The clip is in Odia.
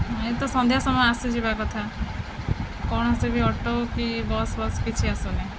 ନାଇଁ ତ ସନ୍ଧ୍ୟା ସମୟ ଆସିଯିବାକଥା କୌଣସି ବି ଅଟୋ କି ବସ୍ ବସ୍ କିଛି ଆସୁନି